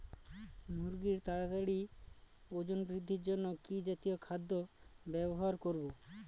মুরগীর তাড়াতাড়ি ওজন বৃদ্ধির জন্য কি জাতীয় খাদ্য ব্যবহার করব?